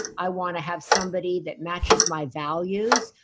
i want to have somebody that matches my values.